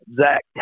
Zach